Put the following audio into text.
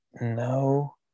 no